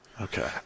Okay